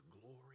glory